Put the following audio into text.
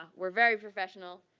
ah we're very professional.